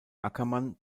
ackermann